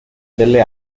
delle